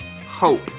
Hope